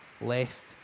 left